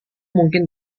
mungkin